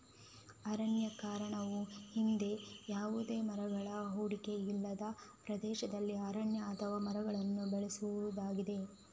ಅರಣ್ಯೀಕರಣವು ಹಿಂದೆ ಯಾವುದೇ ಮರಗಳ ಹೊದಿಕೆ ಇಲ್ಲದ ಪ್ರದೇಶದಲ್ಲಿ ಅರಣ್ಯ ಅಥವಾ ಮರಗಳನ್ನು ಬೆಳೆಸುವುದಾಗಿದೆ